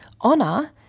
Honor